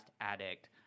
addict